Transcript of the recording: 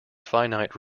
finite